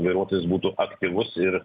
vairuotojas būtų aktyvus ir